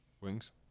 Wings